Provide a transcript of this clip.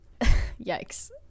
Yikes